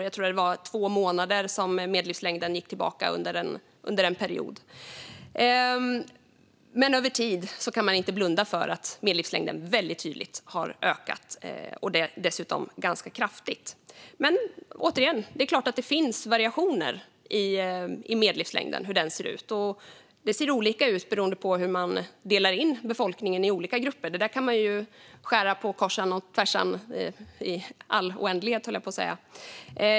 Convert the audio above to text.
Jag tror att medellivslängden gick tillbaka med två månader under en period. Men man kan inte blunda för att medellivslängden har ökat väldigt tydligt över tid och dessutom ganska kraftigt. Det är klart att det finns variationer i medellivslängd. Det ser olika ut beroende på hur man delar in befolkningen i olika grupper. Där kan man skära kors och tvärs i all oändlighet, höll jag på att säga.